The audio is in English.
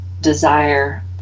desire